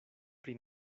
pri